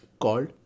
called